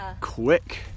quick